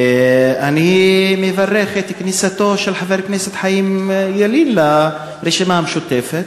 אני מברך על כניסתו של חבר הכנסת חיים ילין לרשימה המשותפת.